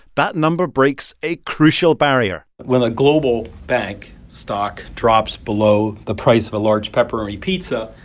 but number breaks a crucial barrier when a global bank stock drops below the price of a large pepperoni pizza,